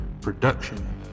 production